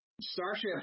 Starship